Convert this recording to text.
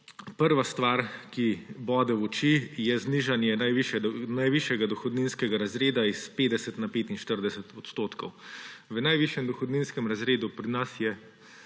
Prva stvar, ki bode v oči, je znižanje najvišjega dohodninskega razreda s 50 na 45 odstotkov. V najvišjem dohodninskem razredu pri nas je